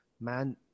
man